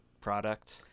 product